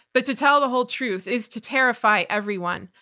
but to tell the whole truth is to terrify everyone.